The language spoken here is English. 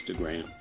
Instagram